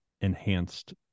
enhanced